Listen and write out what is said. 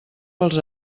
pels